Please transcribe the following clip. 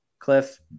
Cliff